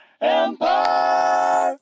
Empire